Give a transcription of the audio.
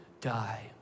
die